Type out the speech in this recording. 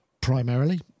primarily